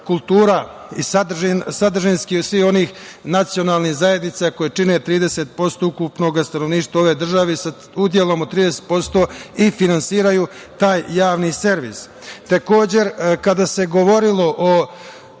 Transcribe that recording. i sadržinski svih onih nacionalnih zajednica koji čine 30% ukupnog stanovništva ove države, i sa udelom od 30% i finansiraju taj javni servis. Takođe, kada se govorilo o